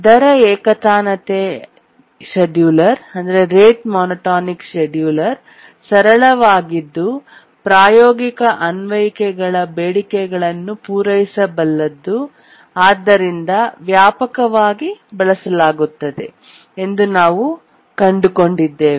ದರ ಏಕತಾನತೆಯ scheduler rate monotonic scheduler ಸರಳವಾಗಿದ್ದು ಪ್ರಾಯೋಗಿಕ ಅನ್ವಯಿಕೆಗಳ ಬೇಡಿಕೆಗಳನ್ನು ಪೂರೈಸಬಲ್ಲದು ಆದ್ದರಿಂದ ವ್ಯಾಪಕವಾಗಿ ಬಳಸಲಾಗುತ್ತದೆ ಎಂದು ನಾವು ಕಂಡುಕೊಂಡಿದ್ದೇವೆ